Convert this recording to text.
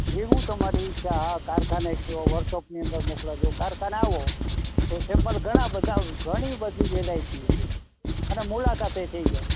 જેવું તમારી ઈચ્છા હા કારખાને કહો વર્કશોપની અંદર મોકલાવું કારખાને આવો તો સેમ્પલ ઘણાં બધાં ઘણી બધી વેરાયટીઓ છે અને મુલાકાતે થઈ જાય